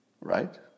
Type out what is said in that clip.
Right